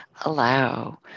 allow